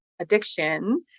addiction